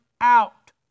out